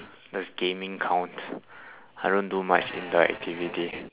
does gaming count I don't do much indoor activity